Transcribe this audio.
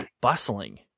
bustling